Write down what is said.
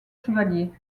chevaliers